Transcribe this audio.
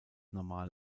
normal